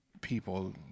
people